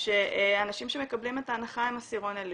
שאנשים שמקבלים את ההנחה הם עשירון עליון.